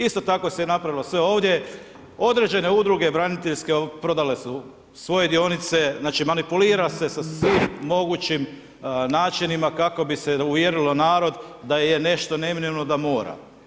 Isto tako se i napravilo sve ovdje, određene Udruge braniteljske prodale su svoje dionice, znači manipulira se sa svim mogućim načinima kako bi se uvjerilo narod da je nešto neminovno i da mora.